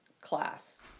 class